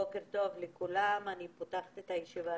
בוקר טוב לכולם, אני פותחת את הישיבה